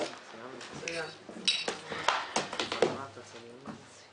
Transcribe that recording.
הישיבה ננעלה בשעה 10:27.